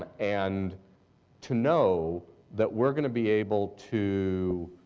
ah and to know that we're going to be able to